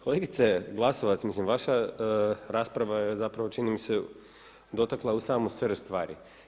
Kolegice Glasovac, mislim vaša rasprava je zapravo čini mi se dotakla u samu srž stvari.